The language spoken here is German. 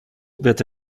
wird